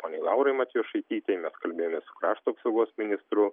poniai laurai matjošaitytei mes kalbėjomės su krašto apsaugos ministru